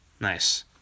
Nice